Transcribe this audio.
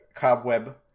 cobweb